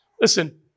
Listen